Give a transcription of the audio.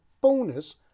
bonus